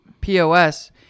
POS